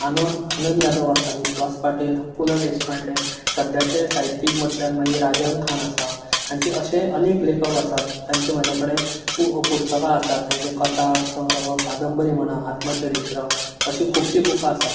आनंन आनंद यादव आसा विस्वास पाटील पु ल देशपांडे सद्याचे साहित्यीक म्हटल्यार मागीर राजन खान आसा हांची अशे अनेक लेखक आसात तांची म्हज्या कडेन पु पुस्तकां आसात तांचे कथा संग्रह कादंबरी म्हणा आत्मचरित्र अशीं खुबशीं बुकां आसात